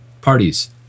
parties